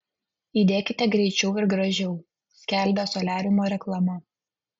įdekite greičiau ir gražiau skelbia soliariumo reklama